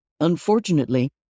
Unfortunately